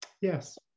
Yes